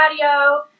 patio